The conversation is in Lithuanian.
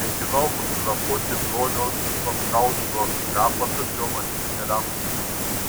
mėginau fotografuoti broniaus babkausko kapą tačiau matyt nelemta